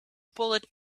bullet